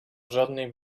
żadnej